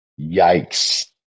Yikes